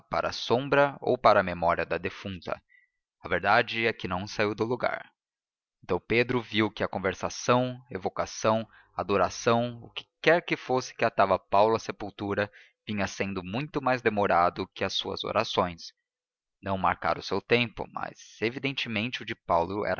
para a sombra ou para a memória da defunta a verdade é que não saiu do lugar então pedro viu que a conversação evocação adoração o que quer que fosse que atava paulo à sepultura vinha sendo muito mais demorado que as suas orações não marcara o seu tempo mas evidentemente o de paulo